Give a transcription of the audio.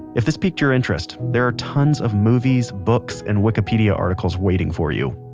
if this piqued your interest, there are tons of movies, books, and wikipedia articles waiting for you